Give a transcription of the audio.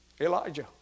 Elijah